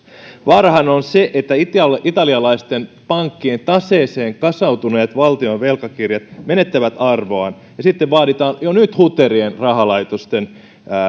vaarahan on se että italialaisten pankkien taseeseen kasautuneet valtion velkakirjat menettävät arvoaan ja sitten vaaditaan jo nyt huterien rahalaitosten